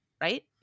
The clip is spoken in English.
right